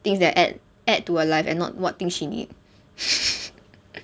things that add add to her life and not what thing she need